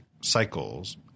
cycles